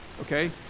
Okay